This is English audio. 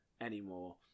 anymore